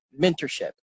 mentorship